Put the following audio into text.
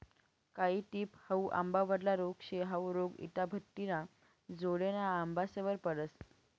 कायी टिप हाउ आंबावरला रोग शे, हाउ रोग इटाभट्टिना जोडेना आंबासवर पडस